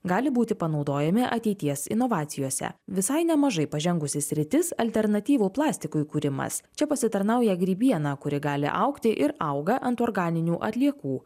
gali būti panaudojami ateities inovacijose visai nemažai pažengusi sritis alternatyvų plastikui kūrimas čia pasitarnauja grybiena kuri gali augti ir auga ant organinių atliekų